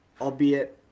albeit